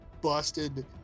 busted